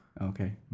Okay